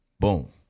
Boom